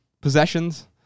possessions